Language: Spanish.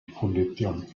fundición